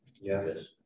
Yes